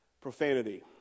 profanity